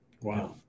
Wow